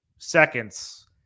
Seconds